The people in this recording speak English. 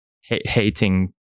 hating